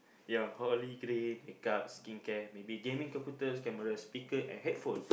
ya holy grail make up skin care maybe gaming computers speakers and headphone